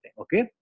okay